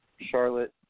Charlotte